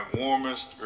warmest